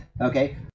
okay